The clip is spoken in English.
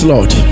Lord